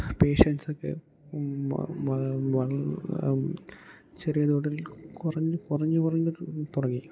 പേഷ്യൻസൊക്കെ വ ചെറിയ തോതിൽ കുറഞ്ഞു കുറഞ്ഞു കുറഞ്ഞു തുടങ്ങി